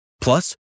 Plus